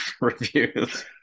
reviews